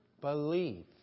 Believe